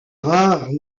rares